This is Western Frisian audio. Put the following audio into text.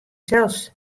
sels